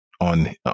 on